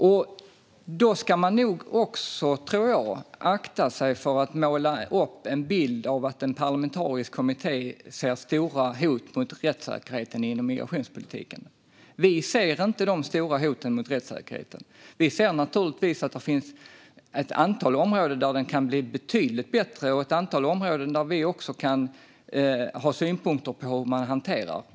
Man ska nog akta sig för att måla upp en bild av att en parlamentarisk kommitté ser stora hot mot rättssäkerheten inom migrationspolitiken. Vi ser inte de stora hoten mot rättssäkerheten. Vi ser naturligtvis ett antal områden där det kan bli betydligt bättre och ett antal områden där vi kan ha synpunkter på hur man hanterar det.